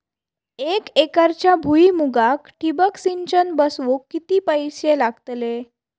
एक एकरच्या भुईमुगाक ठिबक सिंचन बसवूक किती पैशे लागतले?